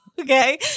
Okay